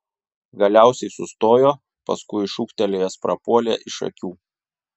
galiausiai sustojo paskui šūktelėjęs prapuolė iš akių